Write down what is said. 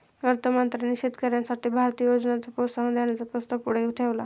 अर्थ मंत्र्यांनी शेतकऱ्यांसाठी भारतीय योजनांना प्रोत्साहन देण्याचा प्रस्ताव पुढे ठेवला